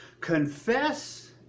Confess